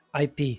IP